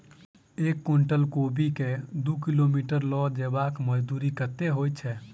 एक कुनटल कोबी केँ दु किलोमीटर लऽ जेबाक मजदूरी कत्ते होइ छै?